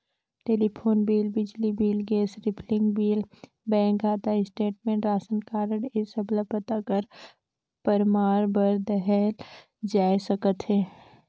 telephone bill, बिजली bill, gas refilling bill, bank खाता statement, ration card ए सब ल पता कर परमान बर देहल जाए सकत अहे